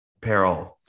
peril